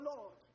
Lord